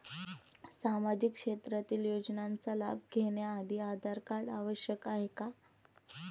सामाजिक क्षेत्रातील योजनांचा लाभ घेण्यासाठी आधार कार्ड आवश्यक आहे का?